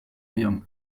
riom